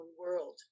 world